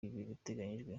biteganyijwe